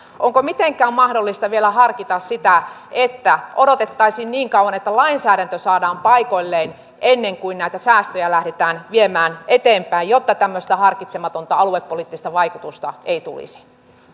onko mitenkään mahdollista vielä harkita sitä että odotettaisiin niin kauan että lainsäädäntö saadaan paikoilleen ennen kuin näitä säästöjä lähdetään viemään eteenpäin jotta tämmöistä harkitsematonta aluepoliittista vaikutusta ei tulisi